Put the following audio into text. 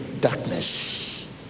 darkness